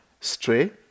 stray